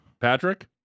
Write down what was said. Patrick